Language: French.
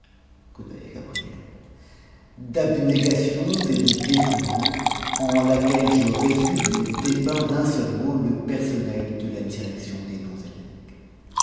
coup d'œil à gabrielle d'abnégations et de dévouements en laquelle je résume et dépeins d'un seul mot le personnel de la direction des dons